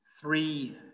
Three